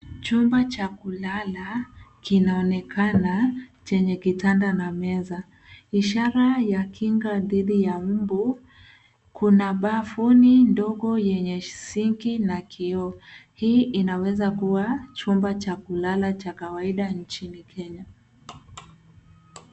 Chumba cha kulala kinaonekana chenye kitanda na meza. Ishara ya kinga dhidi ya mbu, kuna bafuni ndogo yenye sinki na kioo. Hii inaweza kuwa chumba cha kulala cha kawaida nchini Kenya.